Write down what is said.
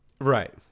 Right